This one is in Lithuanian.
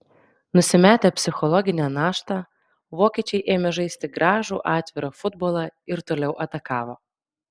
nusimetę psichologinę naštą vokiečiai ėmė žaisti gražų atvirą futbolą ir toliau atakavo